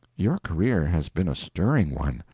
your career has been a stirring one.